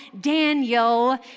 Daniel